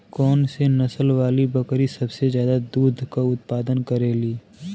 कौन से नसल वाली बकरी सबसे ज्यादा दूध क उतपादन करेली?